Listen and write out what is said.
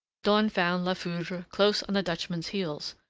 dawn found la foudre close on the dutchman's heels,